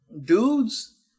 dudes